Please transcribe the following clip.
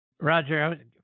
Roger